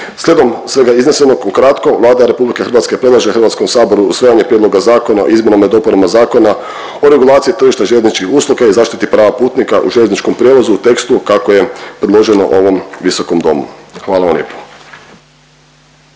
Slijedom svega iznesenog ukratko, Vlada RH predlaže HS-u usvajanje Prijedloga Zakona o izmjenama i dopunama Zakona o regulaciji tržišta željezničkih usluga i zaštiti prava putnika u željezničkom prijevozu u tekstu kako je predloženo ovom visokom domu. Hvala vam lijepo.